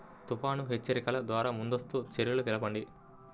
తుఫాను హెచ్చరికల ద్వార ముందస్తు చర్యలు తెలపండి?